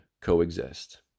coexist